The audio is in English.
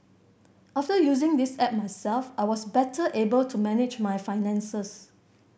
after using this app myself I was better able to manage my finances